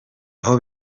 aho